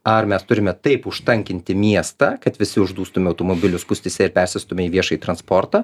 ar mes turime taip užtankinti miestą kad visi uždustume automobilių spūstyse ir persėstume į viešąjį transportą